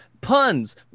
puns